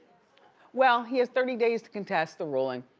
well, he has thirty days to contest the ruling.